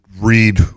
read